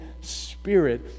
Spirit